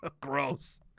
gross